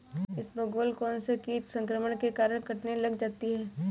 इसबगोल कौनसे कीट संक्रमण के कारण कटने लग जाती है?